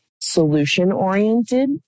solution-oriented